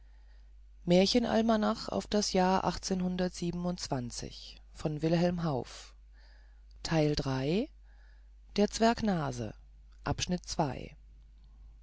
sich auf das